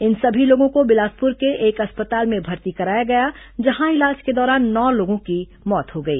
इन सभी लोगों को बिलासपुर के एक अस्पताल में भर्ती कराया गया जहां इलाज के दौरान नौ लोगों की मौत हो गई